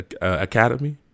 academy